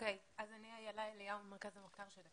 אני ממרכז המחקר של הכנסת.